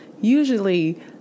usually